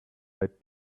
that